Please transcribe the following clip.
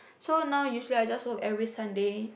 so now usually I just work every Sunday